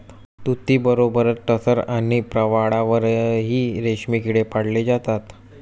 तुतीबरोबरच टसर आणि प्रवाळावरही रेशमी किडे पाळले जातात